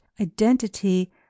identity